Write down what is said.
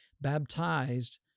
baptized